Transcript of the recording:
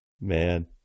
Man